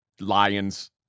Lions